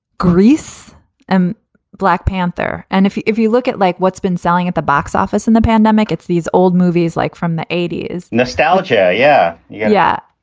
grease and black panther. and if you if you look at like what's been selling at the box office and the pandemic, it's these old movies like from the eighty s nostalgia. yeah. yeah.